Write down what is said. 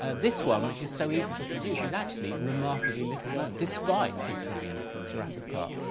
ah this one, which is so easy to produce, is actually remarkably little known despite featuring in jurassic park.